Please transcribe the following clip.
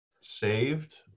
saved